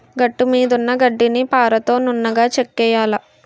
గట్టుమీదున్న గడ్డిని పారతో నున్నగా చెక్కియ్యాల